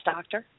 Doctor